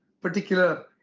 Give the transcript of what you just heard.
particular